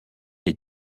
les